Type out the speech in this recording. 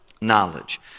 Knowledge